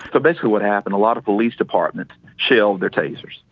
but basically what happened, a lot of police departments shelved their tasers.